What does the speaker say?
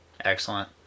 Excellent